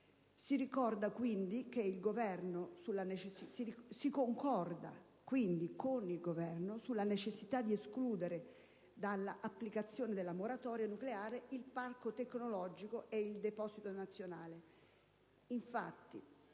di produzione di energia nucleare. Si concorda quindi con il Governo sulla necessità di escludere dall'applicazione della moratoria nucleare il parco tecnologico e il deposito nazionale.